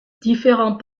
différents